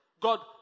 God